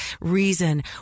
reason